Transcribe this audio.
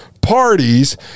parties